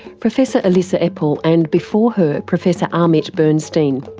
professor elissa epel and, before her, professor amit bernstein.